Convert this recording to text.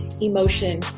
emotion